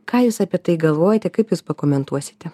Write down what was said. ką jūs apie tai galvojate kaip jūs pakomentuosite